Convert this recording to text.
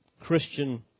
Christian